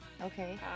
Okay